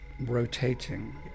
rotating